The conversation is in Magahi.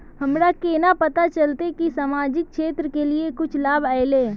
हमरा केना पता चलते की सामाजिक क्षेत्र के लिए कुछ लाभ आयले?